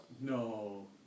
No